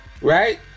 Right